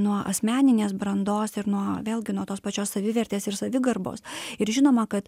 nuo asmeninės brandos ir nuo vėlgi nuo tos pačios savivertės ir savigarbos ir žinoma kad